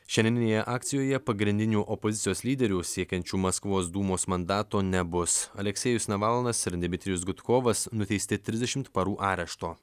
šiandieninėje akcijoje pagrindinių opozicijos lyderių siekiančių maskvos dūmos mandato nebus aleksejus navalnas ir dmitrijus gudkovas nuteisti trisdešimt parų arešto